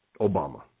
Obama